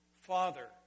Father